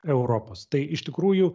europos tai iš tikrųjų